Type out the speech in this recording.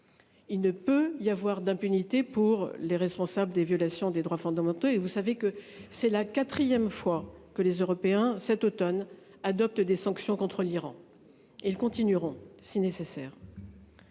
Il ne peut y avoir d'impunité pour les responsables des violations des droits fondamentaux et vous savez que c'est la 4ème fois que les Européens cet automne adopte des sanctions contre l'Iran et ils continueront si nécessaire.--